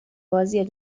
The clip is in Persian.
بازی